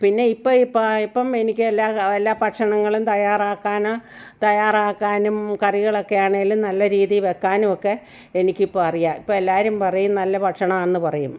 പിന്നെ ഇപ്പോൾ ഇപ്പം ആയപ്പം എനിക്ക് എല്ലാ എല്ലാ ഭക്ഷണങ്ങളും തയ്യാറാക്കാൻ തയ്യാറാക്കാനും കറികളൊക്കെ ആണെങ്കിൽ നല്ല രീതിയിൽ വെക്കാനും ഒക്കെ എനിക്ക് ഇപ്പം അറിയാം ഇപ്മ്മ് എല്ലാവരും പറയും നല്ല ഭക്ഷണമാണെന്ന് പറയും